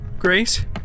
Grace